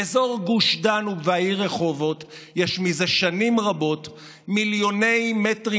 באזור גוש דן ובעיר רחובות יש זה שנים רבות מיליוני מטרים